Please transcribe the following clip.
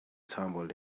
tumbled